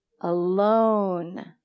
alone